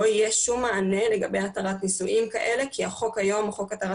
יהיה שום מענה לגבי התרת נישואים כאלה כי היום חוק התרת